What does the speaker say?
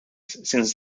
since